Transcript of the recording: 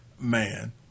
man